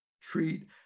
treat